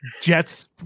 Jets